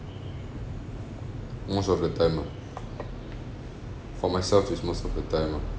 most of the time ah for myself is most of the time ah